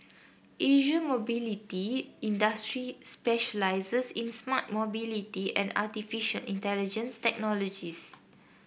Asia Mobility Industries specialises in smart mobility and artificial intelligence technologies